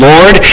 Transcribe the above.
Lord